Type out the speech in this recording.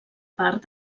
part